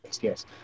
yes